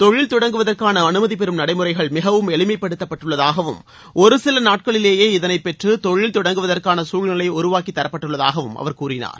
தொழில் தொடங்குவதற்கான அனுமதி பெறும் நடைமுறைகள் மிகவும் எளிமைப்படுத்தப்பட்டுள்ளதாகவும் சில நாட்களிலேயே பெற்று தொழில் தொடங்குவதற்கான இதனை சூழ்நிலை ஒரு உருவாக்கித்தரப்பட்டுள்ளதாகவும் அவர் கூறினார்